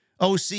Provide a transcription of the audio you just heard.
OC